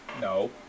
No